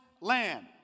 land